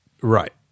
right